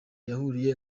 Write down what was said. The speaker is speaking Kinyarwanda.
yahuriye